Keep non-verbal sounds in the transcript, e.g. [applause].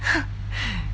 [laughs]